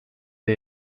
ile